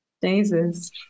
Jesus